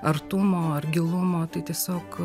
artumo ar gilumo tai tiesiog